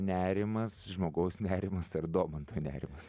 nerimas žmogaus nerimas ar domanto nerimas